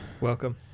Welcome